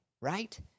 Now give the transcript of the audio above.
right